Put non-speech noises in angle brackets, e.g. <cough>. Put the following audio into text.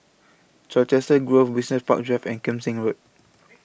Colchester Grove Business Park Drive and Kim Seng Road <noise>